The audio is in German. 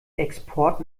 export